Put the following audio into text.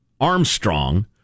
Armstrong